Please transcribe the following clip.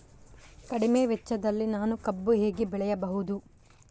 ಕಡಿಮೆ ವೆಚ್ಚದಲ್ಲಿ ನಾನು ಕಬ್ಬು ಹೇಗೆ ಬೆಳೆಯಬಹುದು?